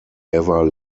ever